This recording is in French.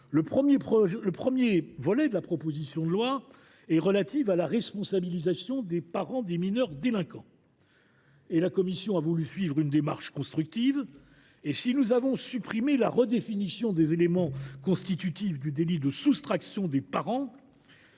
Le premier volet de la proposition de loi est relatif à la responsabilisation des parents des mineurs délinquants. En la matière, la commission s’est efforcée d’adopter une démarche constructive. Nous avons supprimé la redéfinition des éléments constitutifs du délit de soustraction des parents